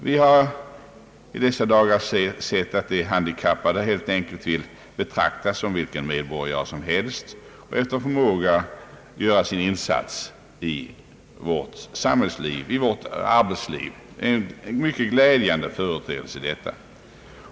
Vi har i dessa dagar sett att de handikappade helt enkelt vill be traktas som vilken medborgare som helst och efter förmåga göra sin insats i vårt samhällsoch arbetsliv. Detta är en mycket glädjande företeelse.